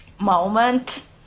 moment